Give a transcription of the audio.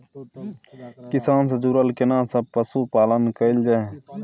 किसान से जुरल केना सब पशुपालन कैल जाय?